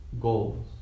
goals